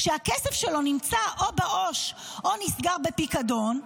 כשכסף שלו נמצא או בעו"ש או נסגר בפיקדון,